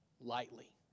lightly